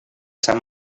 sant